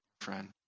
friend